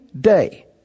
day